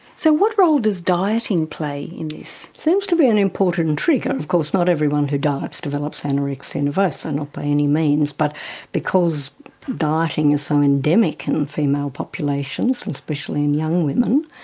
so what role does dieting play in this? it seems to be an important trigger. of course not everyone who diets develops anorexia nervosa, not by any means. but because dieting is so endemic in female populations, and especially in young women,